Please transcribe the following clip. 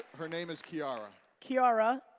her name is kiara. kiara,